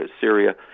Syria